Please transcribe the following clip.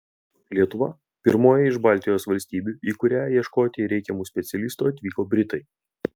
lietuva pirmoji iš baltijos valstybių į kurią ieškoti reikiamų specialistų atvyko britai